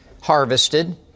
harvested